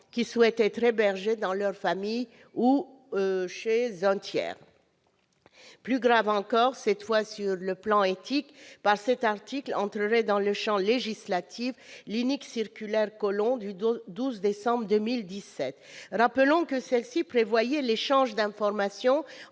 qui souhaitent être hébergés dans leur famille ou chez un tiers. Plus grave encore, cette fois sur le plan éthique : par cet article, entrerait dans le champ législatif l'inique circulaire Collomb du 12 décembre 2017. Rappelons que celle-ci prévoyait l'échange d'informations